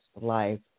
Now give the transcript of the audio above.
life